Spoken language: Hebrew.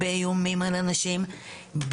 באיומים על אנשים,